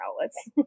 outlets